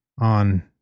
on